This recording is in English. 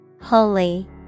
Holy